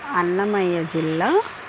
అన్నమయ్య జిల్లా